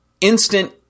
instant